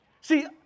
See